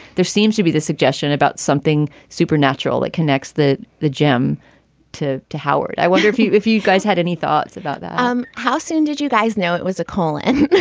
there seems to be the suggestion about something supernatural that connects that the gym to to howard. i wonder if you if you guys had any thoughts about um how soon did you guys know it was a call? and